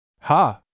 Ha